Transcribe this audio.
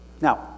Now